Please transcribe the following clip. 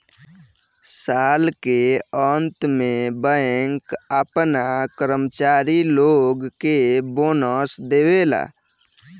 साल के अंत में बैंक आपना कर्मचारी लोग के बोनस देवेला